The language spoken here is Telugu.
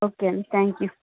ఓకే అండి థ్యాంక్ యూ